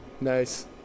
Nice